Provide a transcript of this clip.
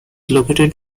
located